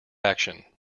action